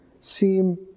seem